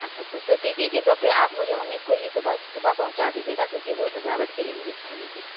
اچھا اچھا تو ہی ٹھیک ہے تو پھر آپ مجھے اُنیس کو ہی صُبح صُبح پہنچا دیجیے گا کیوں کہ وہ سجاوٹ کے لیے مجھے چاہیے تھے